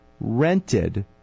rented